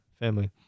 family